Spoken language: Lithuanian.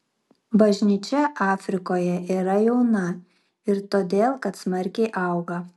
bažnyčia afrikoje yra jauna ir todėl kad smarkiai auga